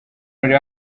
urebe